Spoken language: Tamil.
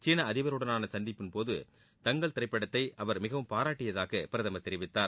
சீன அதிபருடனான சந்திப்பின்போது தங்கல் திரைப்படத்தை அவர் மிகவும் பாராட்டியதாக பிரதமர் தெரிவித்தார்